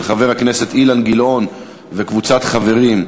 של חבר הכנסת אילן גילאון וקבוצת חברים.